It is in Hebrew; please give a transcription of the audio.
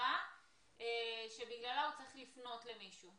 במצוקה שבגללה הוא צריך לפנות למישהו.